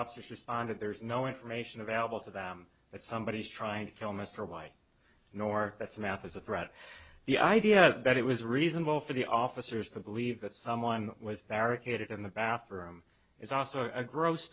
officers responded there's no information available to them that somebody is trying to kill mr y nor that's math as a threat the idea that it was reasonable for the officers to believe that someone was barricaded in the bathroom is also a gross